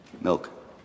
milk